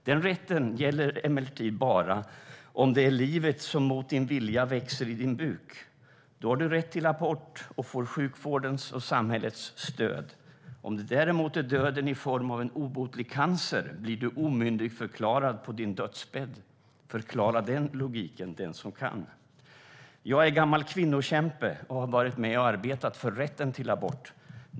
Den rätten gäller emellertid bara om det är livet som mot din vilja växer i din buk. Då har du rätt till abort och får sjukvårdens och samhällets stöd. Om det däremot är döden i form av en obotlig cancer blir du omyndigförklarad på din dödsbädd. Förklara den logiken den som kan. Jag är gammal kvinnokämpe och har varit med och arbetat för rätten till abort.